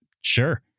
sure